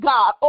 God